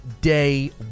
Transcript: day